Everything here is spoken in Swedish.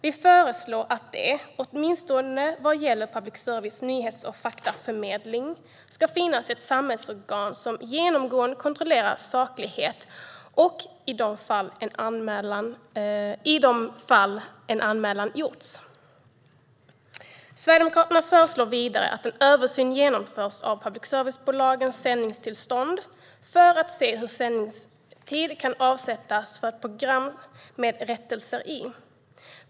Vi föreslår att det, åtminstone vad gäller public services nyhets och faktaförmedling, ska finnas ett samhällsorgan som genomgående kontrollerar saklighet i de fall en anmälan gjorts. Sverigedemokraterna föreslår vidare att en översyn genomförs av public service-bolagens sändningstillstånd, för att titta på hur sändningstid kan avsättas för ett program om rättelser.